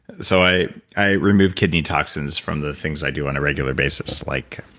so i i remove kidney toxins from the things i do on a regular basis like,